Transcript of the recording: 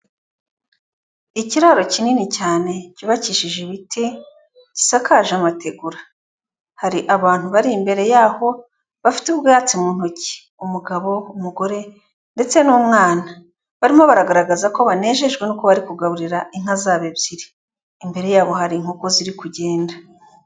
Ikiraro kinini cyane cyubakishije ibiti, gisakaje amategura, hari abantu bari imbere yaho bafite ubwatsi mu ntoki, umugabo umugore ndetse n'umwana, barimo baragaragaza ko banejejwe no kuba bari kugaburira inka zabo ebyiri, imbere yabo hari inkoko ziri kugenda.